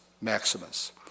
Maximus